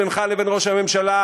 בינך לבין ראש הממשלה,